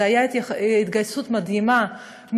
והייתה התגייסות מדהימה,